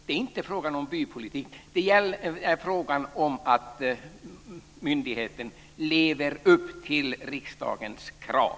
Det är inte fråga om bypolitik - det är fråga om att myndigheten lever upp till riksdagens krav.